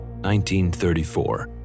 1934